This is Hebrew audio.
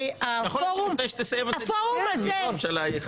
ממשיך לפי סדר-היום.